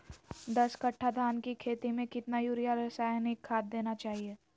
दस कट्टा धान की खेती में कितना यूरिया रासायनिक खाद देना चाहिए?